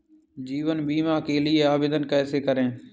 जीवन बीमा के लिए आवेदन कैसे करें?